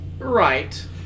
Right